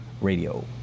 radio